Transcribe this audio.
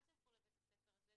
אל תלכו לבית הספר הזה,